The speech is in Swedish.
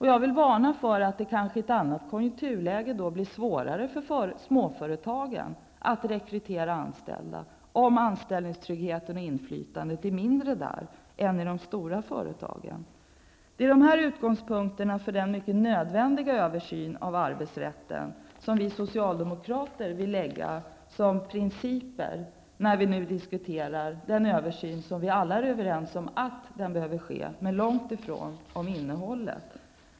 Jag vill varna för att det i ett annat konjunkturläge kan bli svårare för småföretagen att rekrytera personal om anställningstryggheten och inflytandet är mindre där än i de stora företagen. Det är dessa utgångspunkter som vi socialdemokrater vill ha som principer när vi nu diskuterar den mycket nödvändiga översyn av arbetsrätten som vi alla är överens om behöver ske, men vi är långt ifrån överens om innehållet.